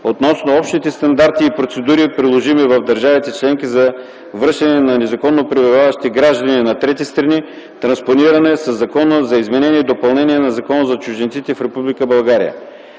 относно общите стандарти и процедури, приложими в държавите членки, за връщане на незаконно пребиваващи граждани на трети страни, транспонирана със Закона за изменение и допълнение на Закона за чужденците в